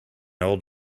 old